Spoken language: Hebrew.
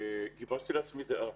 אני גיבשתי לעצמי דעה